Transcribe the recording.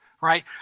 right